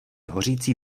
hořící